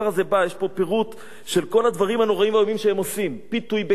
יש פה פירוט של כל הדברים הנוראים שהם עושים: פיתוי בכסף,